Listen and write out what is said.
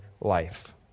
life